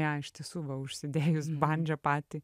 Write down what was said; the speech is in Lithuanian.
ją iš tiesų va užsidėjus bandžą patį